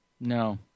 No